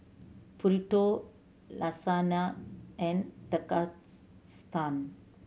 Burrito Lasagne and